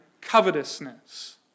covetousness